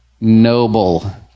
noble